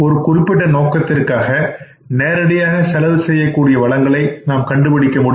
ஒரு குறிப்பிட்ட நோக்கத்திற்காக நேரடியாக செலவு செய்யக்கூடிய வளங்களை நாம் கண்டுபிடிக்க முடியும்